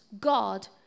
God